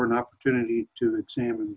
an opportunity to examine